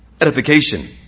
Edification